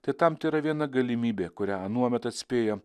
tai tam tėra viena galimybė kurią anuomet atspėjo